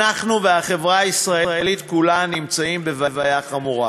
אנחנו והחברה הישראלית כולה נמצאים בבעיה חמורה.